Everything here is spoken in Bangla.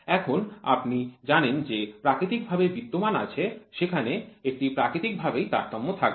এখন আপনি জানেন যে প্রাকৃতিক ভাবে বিদ্যমান আছে সেখানে একটি প্রাকৃতিক ভাবেই তারতম্য থাকবে